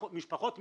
משפחות מתבקשות,